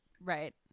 right